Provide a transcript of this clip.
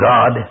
God